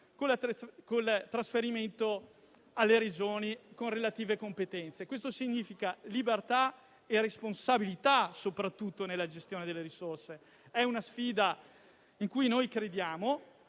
con il trasferimento alle Regioni, con le relative competenze. Questo significa libertà e soprattutto responsabilità nella gestione delle risorse. È una sfida in cui noi crediamo.